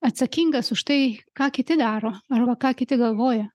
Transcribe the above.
atsakingas už tai ką kiti daro arba ką kiti galvoja